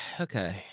okay